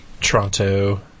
Toronto